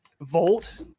Volt